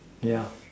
yeah